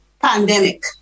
pandemic